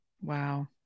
Wow